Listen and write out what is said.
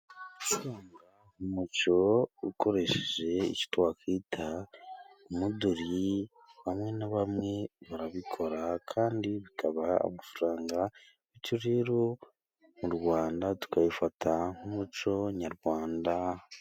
Umuco ukoresheje icyo twakwita umuduri, bamwe na bamwe barabikora kandi bikabaha amafaranga, bityo rero mu Rwanda tukabifata nk'umuco nyarwanda.